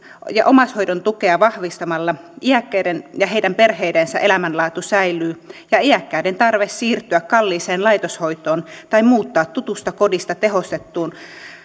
ja omaishoidon tukea vahvistamalla iäkkäiden ja heidän perheidensä elämänlaatu säilyy ja iäkkäiden tarve siirtyä kalliiseen laitoshoitoon tai muuttaa tutusta kodista tehostettuun